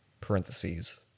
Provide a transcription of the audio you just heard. Parentheses